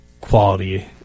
quality